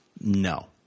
no